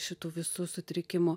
šitų visų sutrikimų